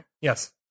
Yes